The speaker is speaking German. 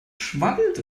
schwabbelt